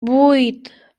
vuit